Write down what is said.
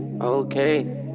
okay